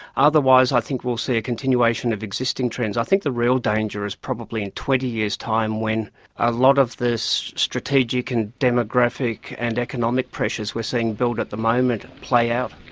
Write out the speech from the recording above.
otherwise i think we will see a continuation of existing trends. i think the real danger is probably in twenty years' time when a lot of the strategic and demographic and economic pressures we are seeing build at the moment play out.